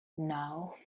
now